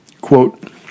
Quote